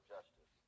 Justice